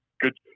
good